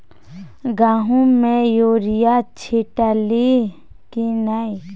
गहुम मे युरिया छीटलही की नै?